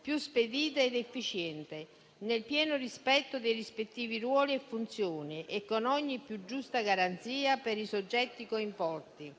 più spedita ed efficiente, nel pieno rispetto dei rispettivi ruoli e funzioni e con ogni più giusta garanzia per i soggetti coinvolti,